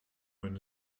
wenn